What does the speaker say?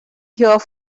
here